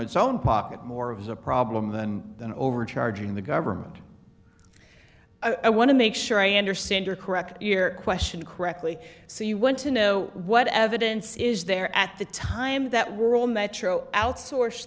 its own pocket more of a problem than than overcharging the government i want to make sure i understand your correct year question correctly so you want to know what evidence is there at the time that rule metro outsource